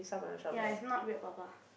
ya it's not beard papas